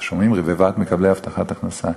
אתם שומעים, רבבת מקבלי הבטחת הכנסה.